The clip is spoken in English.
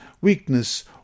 weakness